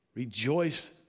Rejoice